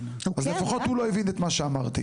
אז לפחות הוא לא הבין את מה שאמרתי.